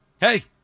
Hey